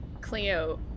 Cleo